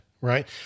right